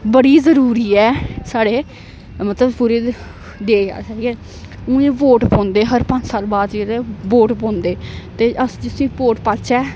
बड़ी जरूरी ऐ साढ़े मतलब पूरे देश वोट पौंदे हर पंज साल बाद वोट पौंदे ते अस जिसी वोट पाचै